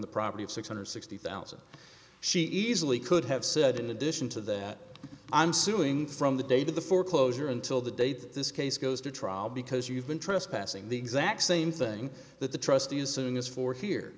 the property of six hundred sixty thousand she easily could have said in addition to that i'm suing from the day that the foreclosure until the day that this case goes to trial because you've been trespassing the exact same thing that the trustee as soon as for here